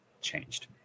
changed